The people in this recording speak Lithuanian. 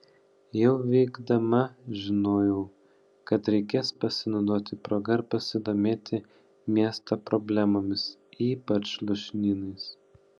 jau vykdama žinojau kad reikės pasinaudoti proga ir pasidomėti miesto problemomis ypač lūšnynais